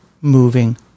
moving